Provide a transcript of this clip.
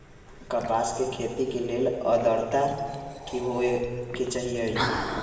कपास के खेती के लेल अद्रता की होए के चहिऐई?